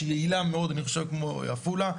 שהיא יעילה מאוד כמו עפולה,